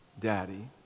Daddy